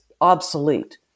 obsolete